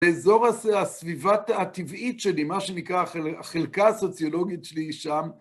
באזור הסביבת הטבעית שלי, מה שנקרא החלקה הסוציולוגית שלי, היא שם.